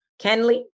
Kenley